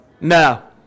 No